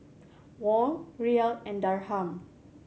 Won Riyal and Dirham